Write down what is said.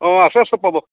অঁ আছে চব পাব